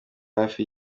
hafi